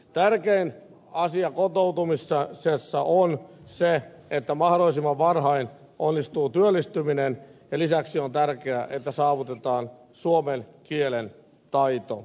tärkein asia kotoutumisessa on se että mahdollisimman varhain onnistuu työllistyminen ja lisäksi on tärkeää että saavutetaan suomen kielen taito